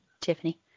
Tiffany